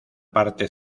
parte